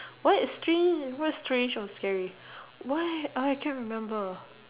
what strange what strange was scary why what I can't remember